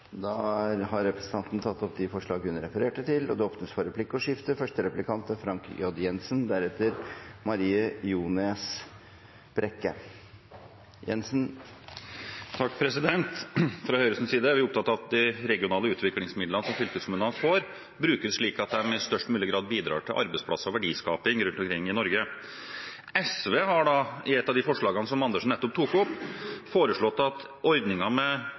tatt opp de forslagene hun refererte til. Det blir replikkordskifte. Fra Høyres side er vi opptatt av at de regionale utviklingsmidlene som fylkeskommunene får, brukes slik at de i størst mulig grad bidrar til arbeidsplasser og verdiskaping rundt omkring i Norge. SV har i et av de forslagene som representanten Karin Andersen nettopp tok opp, foreslått at